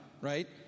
right